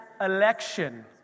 election